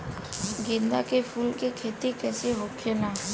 गेंदा के फूल की खेती कैसे होखेला?